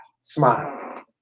Smile